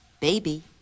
Baby